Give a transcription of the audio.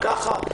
ככה,